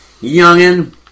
Youngin